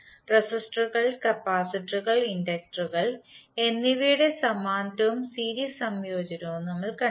റെസിസ്റ്ററുകൾ കപ്പാസിറ്ററുകൾ ഇൻഡക്ടറുകൾ എന്നിവയുടെ സമാന്തരവും സീരീസ് സംയോജനവും നമ്മൾ കണ്ടു